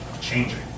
changing